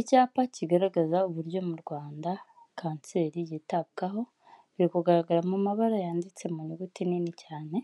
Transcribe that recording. Icyapa kigaragaza uburyo mu Rwanda kanseri yitabwaho, biri kugaragara mu mabara yanditse mu nyuguti nini cyane